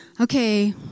okay